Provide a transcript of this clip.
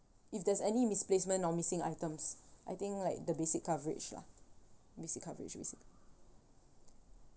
if there's any misplacement or missing items I think like the basic coverage lah basic coverage basically